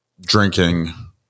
drinking